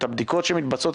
לפי מה שאנחנו מבינים.